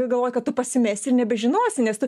galvoji kad tu pasimesti ir nebežinosi nes tu